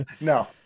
No